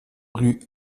rue